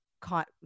caught